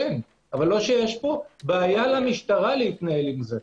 אבל לא שיש פה בעיה למשטרה להתנהל עם זה.